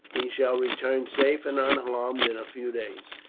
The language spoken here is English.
he shall return safe and unharmed in a few days.